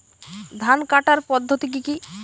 ধান কাটার পদ্ধতি কি কি?